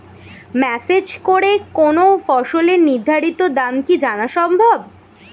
Message করে কোন ফসলের নির্ধারিত দাম কি জানা সম্ভব?